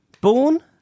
Born